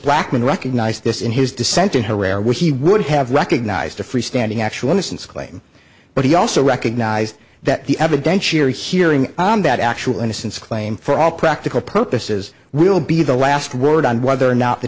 blackmun recognized this in his dissent in herrera where he would have recognized a freestanding actually since claim but he also recognized that the evidence you're hearing on that actual innocence claim for all practical purposes will be the last word on whether or not the